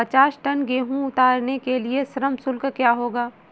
पचास टन गेहूँ उतारने के लिए श्रम शुल्क क्या होगा?